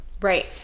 Right